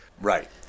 Right